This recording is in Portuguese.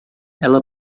ela